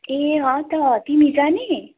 ए हवस् त हवस् तिमी जाने